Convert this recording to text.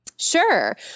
Sure